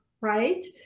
right